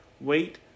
Wait